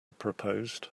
proposed